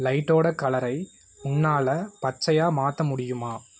லைட்டோட கலரை உன்னால் பச்சையாக மாற்ற முடியுமா